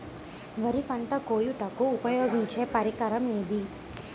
వరి పంట కోయుటకు ఉపయోగించే పరికరం ఏది?